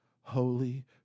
holy